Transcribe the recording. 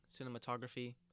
cinematography